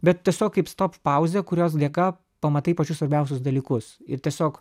bet tiesiog kaip stop pauzė kurios dėka pamatai pačius svarbiausius dalykus ir tiesiog